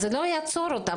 זה לא יעצור אותם,